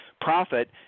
profit